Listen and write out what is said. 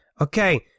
Okay